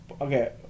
Okay